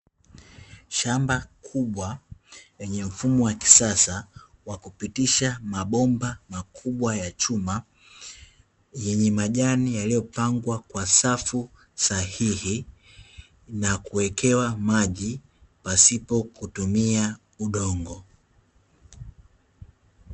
Shamba kubwa lenye mfumo wa kisasa wa kupitisha mabomba makubwa ya chuma yenye majani yaliyopangwa kwa safu sahihi na kuwekewa maji pasipo kutumia udongo.